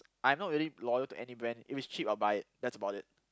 I'm not really loyal to any brand if it's cheap I'll buy it that's about it